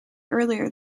earlier